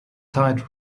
tide